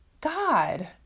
God